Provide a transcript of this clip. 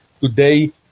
today